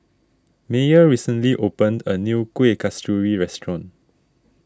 Meyer recently opened a new Kuih Kasturi restaurant